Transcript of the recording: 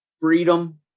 freedom